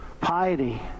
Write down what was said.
Piety